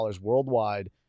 worldwide